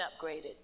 upgraded